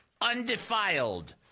undefiled